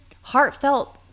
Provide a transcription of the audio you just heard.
heartfelt